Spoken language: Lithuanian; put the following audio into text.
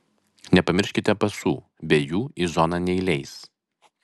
nepamirškite pasų be jų į zoną neįleis